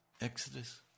Exodus